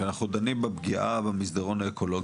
כי אנחנו דנים בפגיעה במסדרון האקולוגי.